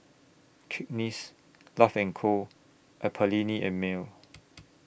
Cakenis Love and Co and Perllini and Mel